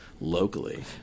locally